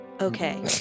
Okay